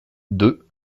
deux